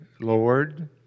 Lord